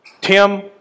Tim